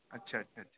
اچھا اچھا اچھا